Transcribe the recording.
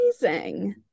Amazing